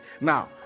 Now